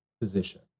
position